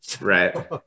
Right